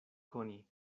koni